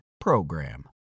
PROGRAM